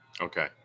okay